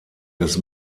des